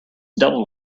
doubled